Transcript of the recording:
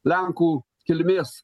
lenkų kilmės